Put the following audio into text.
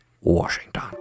Washington